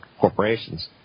corporations